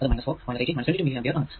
അത് 4 18 22 milliampere ആണ്